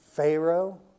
Pharaoh